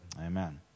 Amen